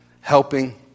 Helping